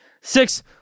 Six